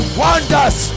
wonders